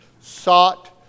sought